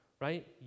right